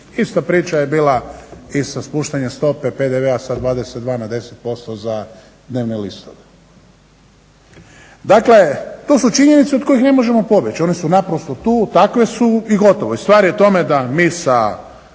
Ista priča je bila i sa spuštanjem stope PDV-a sa 22 na 10% za dnevne listove. Dakle, to su činjenice od kojih ne možemo pobjeći. One su naprosto tu, takve su i gotovo. I stvar je u tome da mi sa